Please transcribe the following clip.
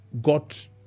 got